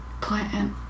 plant